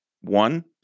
One